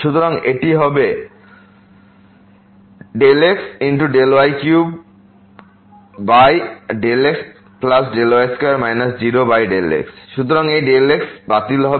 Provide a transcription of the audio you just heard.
সুতরাং এটি হবে ΔxΔy3ΔxΔy2 0x সুতরাং এই Δx বাতিল হয়ে যাবে